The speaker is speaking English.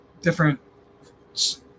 different